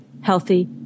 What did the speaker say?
healthy